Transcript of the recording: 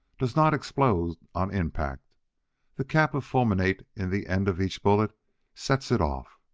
does not explode on impact the cap of fulminate in the end of each bullet sets it off.